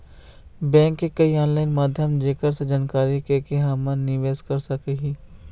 Bank के कोई online माध्यम जेकर से जानकारी के के हमन निवेस कर सकही?